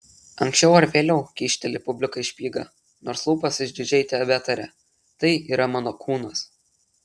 anksčiau ar vėliau kyšteli publikai špygą nors lūpos išdidžiai tebetaria tai yra mano kūnas